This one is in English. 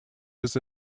was